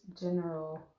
general